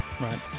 Right